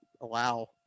allow